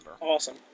Awesome